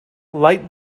light